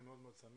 אני מאוד שמח